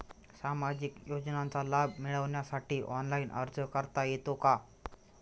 सामाजिक योजनांचा लाभ मिळवण्यासाठी ऑनलाइन अर्ज करता येतो का?